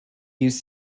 used